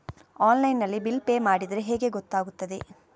Online ನಲ್ಲಿ bill pay ಮಾಡಿದ್ರೆ ಹೇಗೆ ಗೊತ್ತಾಗುತ್ತದೆ?